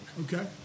Okay